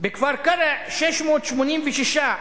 בכפר-קרע 686,